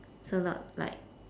so like